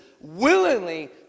willingly